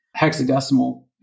hexadecimal